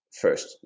first